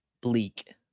bleak